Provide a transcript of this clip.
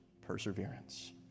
perseverance